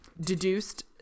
deduced